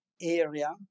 area